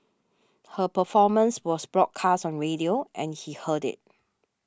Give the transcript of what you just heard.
her performance was broadcast on radio and he heard it